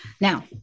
Now